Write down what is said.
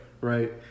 Right